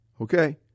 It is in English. Okay